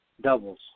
doubles